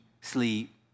sleep